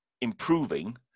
improving